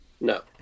No